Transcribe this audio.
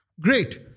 Great